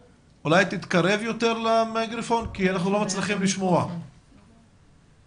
נתקדם, חבר הכנסת